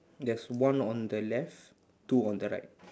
there's one on the left two on the right